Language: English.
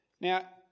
Now